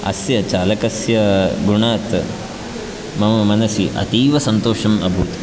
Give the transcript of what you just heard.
अस्य चालकस्य गुणात् मम मनसि अतीवसन्तोषम् अभूत्